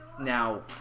now